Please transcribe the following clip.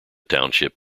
township